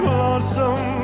lonesome